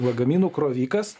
lagaminų krovikas